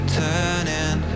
turning